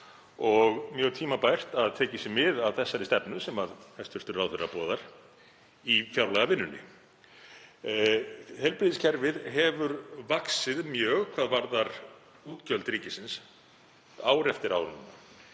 er mjög tímabært að tekið sé mið af þeirri stefnu sem hæstv. ráðherra boðar í fjárlagavinnunni. Heilbrigðiskerfið hefur vaxið mjög hvað varðar útgjöld ríkisins ár eftir ár.